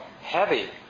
heavy